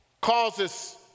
causes